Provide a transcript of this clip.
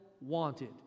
Wanted